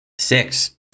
Six